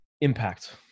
Impact